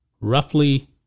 roughly